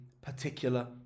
particular